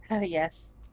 yes